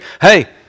Hey